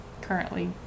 currently